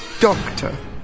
Doctor